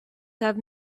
have